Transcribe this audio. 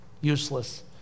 useless